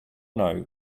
know